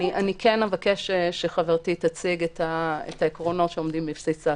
אני כן אבקש שחברתי תציג את העקרונות שעומדים בבסיס ההצעה.